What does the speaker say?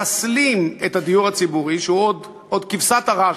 מחסלים את הדיור הציבורי, שהוא עוד כבשת הרש,